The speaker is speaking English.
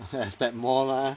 expect more mah